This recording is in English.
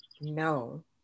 no